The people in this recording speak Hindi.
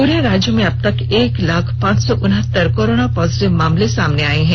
पूरे राज्य में अबतक एक लाख पांच सौ उनहतर कोरोना पॉजिटिव मामले सामने आ चुके हैं